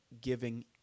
giving